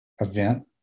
event